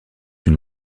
une